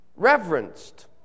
Reverenced